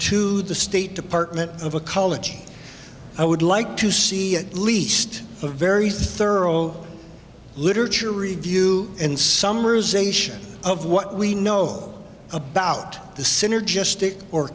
to the state department of ecology i would like to see at least a very thorough literature review in summer zation of what we know about the synergistic or